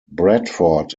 bradford